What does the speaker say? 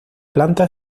planta